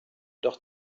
doch